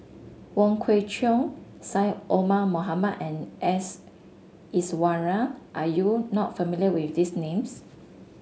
Wong Kwei Cheong Syed Omar Mohamed and S Iswaran are you not familiar with these names